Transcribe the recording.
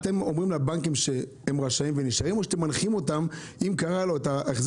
אתם אומרים לבנקים שהם רשאים או שאתם מנחים אותם אם קרה לו את החזר